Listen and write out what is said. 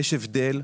יש הבדל,